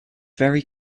very